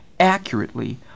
accurately